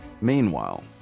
Meanwhile